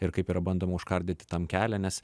ir kaip yra bandoma užkardyti tam kelią nes